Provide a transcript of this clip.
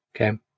Okay